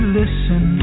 listen